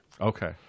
Okay